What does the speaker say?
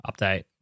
update